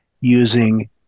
using